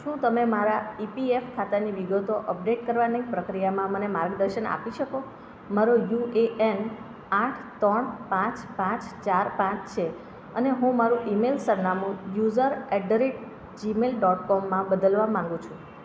શું તમે મારા ઇપીએફ ખાતાની વિગતો અપડેટ કરવાની પ્રક્રિયામાં મને માર્ગદર્શન આપી શકો મારો યુ એ એન આઠ ત્રણ પાંચ પાંચ ચાર પાંચ છે અને હું મારું ઇમેઇલ સરનામું user at the rate Gmail dot કોમમાં બદલવા માગું છું